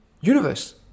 Universe